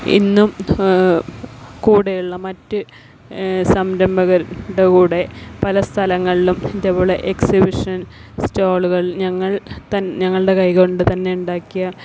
ഇന്നും കൂടെയുള്ള മറ്റ് സംരംഭകരുടെ കൂടെ പല സ്ഥലങ്ങളിലും ഇതേപോലെ എക്സിബിഷൻ സ്റ്റോളുകള് ഞങ്ങൾ തൻ ഞങ്ങളുടെ കൈകൊണ്ട് തന്നെ ഉണ്ടാക്കിയ